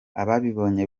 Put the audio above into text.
ababibonye